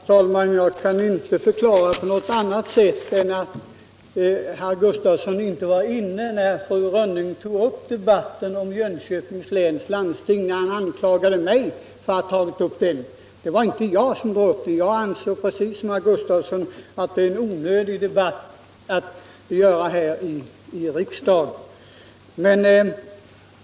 Herr talman! Herr Gustavsson i Nässjö anklagade mig för att ha tagit upp debatten om Jönköpings läns landsting. Det var emellertid inte jag. Jag kan inte förklara det på annat sätt än att herr Gustavsson inte var inne i kammaren när fru Rönnung tog upp den debatten. Jag anser precis som herr Gustavsson att det är onödigt att föra denna diskussion här i riksdagen.